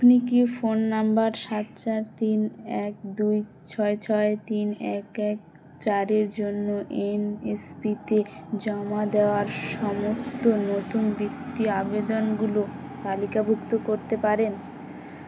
আপনি কি phone number সাত চার তিন এক দুই ছয় ছয় তিন এক এক চারের জন্য এনএসপিতে জমা দেওয়ার সমস্ত নতুন বৃত্তি আবেদনগুলো তালিকাভুক্ত করতে পারেন